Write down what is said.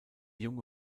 junge